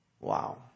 Wow